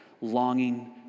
longing